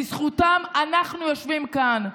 בזכותם אנחנו יושבים כאן.